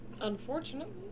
Unfortunately